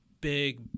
big